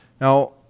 Now